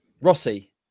Rossi